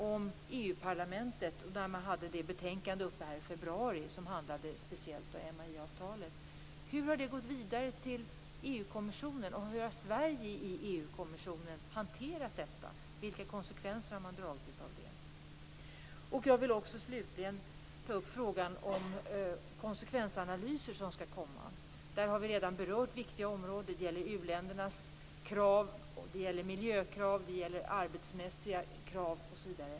EU-parlamentet behandlade det betänkande som speciellt handlade om MAI-avtalet i februari. Hur har ärendet gått vidare i EU-kommissionen, och hur har Sverige hanterat frågan i EU-kommissionen? Vilka konsekvenser har man dragit? Jag vill också slutligen ta upp frågan om de konsekvensanalyser som skall komma. Vi har redan berört viktiga områden. Det gäller u-ländernas krav. Det gäller miljökrav. Det gäller arbetskrav osv.